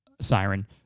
siren